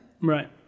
Right